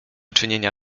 czynienia